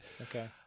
Okay